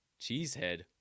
cheesehead